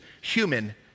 human